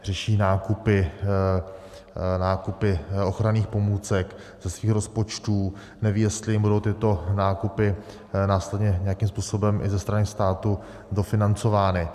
Řeší nákupy ochranných pomůcek ze svých rozpočtů, nevědí, jestli jim budou tyto nákupy následně nějakým způsobem i ze strany státu dofinancovány.